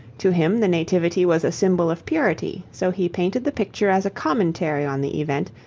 to him the nativity was a symbol of purity, so he painted the picture as a commentary on the event,